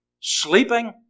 Sleeping